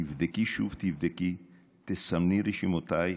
// תבדקי שוב תבדקי / תסמני רשימותייך.